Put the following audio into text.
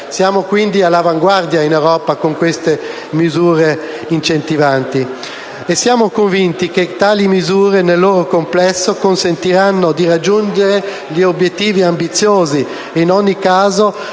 Siamo quindi all'avanguardia in Europa attraverso tali misure incentivanti e siamo convinti che queste, nel loro complesso, consentiranno di raggiungere obiettivi ambiziosi e in ogni caso